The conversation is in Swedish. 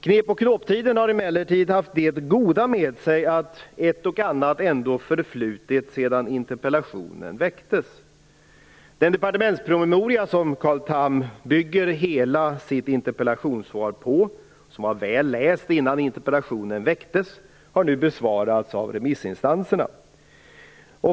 Knep och knåptiden har emellertid haft det goda med sig att ett och annat ändå har förflutit sedan interpellationen väcktes. Den departementspromemoria som Carl Tham bygger hela sitt interpellationssvar på och som var väl läst innan interpellationen väcktes, har nu besvarats av remissinstanserna.